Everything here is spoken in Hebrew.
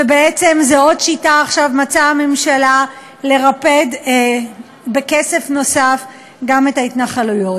ובעצם זו עוד שיטה שעכשיו מצאה הממשלה לרפד בכסף נוסף גם את ההתנחלויות.